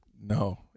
No